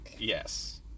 Yes